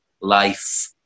life